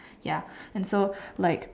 ya and so like